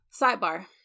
Sidebar